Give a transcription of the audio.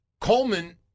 Coleman